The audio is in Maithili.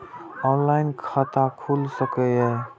ऑनलाईन खाता खुल सके ये?